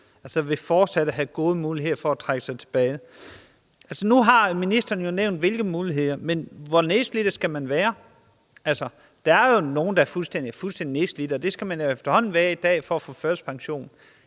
vil fortsat have gode muligheder for at trække sig tilbage«. Nu har ministeren jo nævnt, hvilke muligheder der er, men hvor nedslidt skal man være? Der er nogle, der er fuldstændig nedslidt, og det skal man efterhånden være i dag for at få førtidspension.